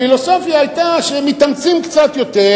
הפילוסופיה היתה שמתאמצים קצת יותר,